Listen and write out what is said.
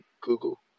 Google